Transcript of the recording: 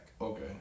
Okay